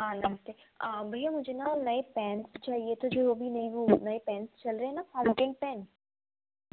हा नमस्ते हाँ भैया मुझे ना नए पेंस चाहिए थे जो अभी नई रूल्स नए पेन्स चल रहे हैं ना फ़ाउंटेन पेन